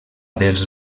dels